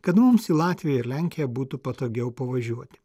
kad mums į latviją ir lenkiją būtų patogiau pavažiuoti